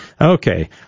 Okay